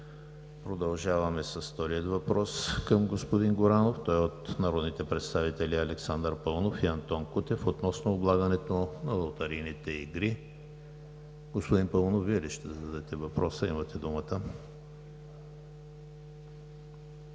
Продължаваме с втория въпрос към господин Горанов. Той е от народните представители Александър Паунов и Антон Кутев относно облагането на лотарийните игри. Господин Паунов, имате думата.